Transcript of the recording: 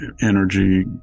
energy